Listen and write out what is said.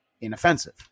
inoffensive